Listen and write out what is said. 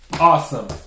Awesome